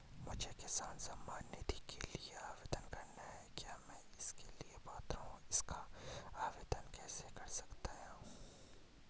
मुझे किसान सम्मान निधि के लिए आवेदन करना है क्या मैं इसके लिए पात्र हूँ इसका आवेदन कैसे कर सकता हूँ?